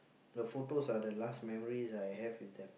the photos are the last memories I have with them